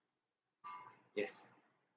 yes